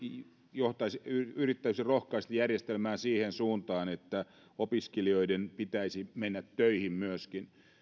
yrittäisimme rohkaista järjestelmää siihen suuntaan että opiskelijoiden pitäisi mennä myöskin töihin